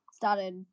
started